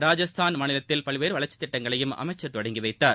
ராஜஸ்தான் மாநிலத்தில் பல்வேறு வளர்ச்சித் திட்டங்களையும் அமைச்சர் தொடங்கி வைத்தார்